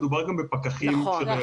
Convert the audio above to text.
מדובר גם בפקחים של הרשויות.